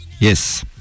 Yes